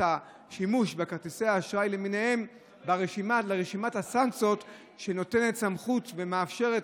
השימוש בכרטיסי האשראי למיניהם לרשימת הסנקציות שנותנת סמכות ומאפשרת